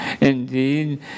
Indeed